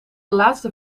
laatste